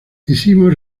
hicimos